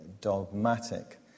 dogmatic